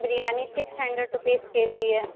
biryani six hundred rupees K G ہے